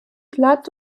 glatt